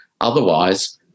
Otherwise